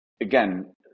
again